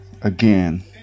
Again